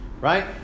right